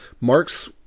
Marx